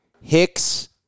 Hicks